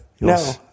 No